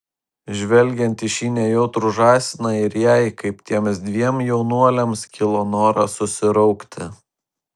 žvelgiant į šį nejautrų žąsiną ir jai kaip tiems dviem jaunuoliams kilo noras susiraukti